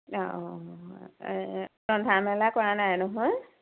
অ ৰন্ধা মেলা কৰা নাই নহয়